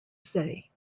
say